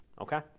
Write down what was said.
okay